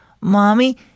Mommy